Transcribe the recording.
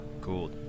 Cool